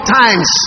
times